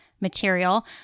material